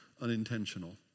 unintentional